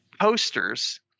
posters